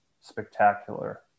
spectacular